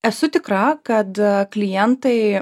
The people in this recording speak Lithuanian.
esu tikra kad klientai